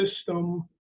system